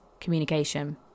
communication